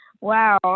Wow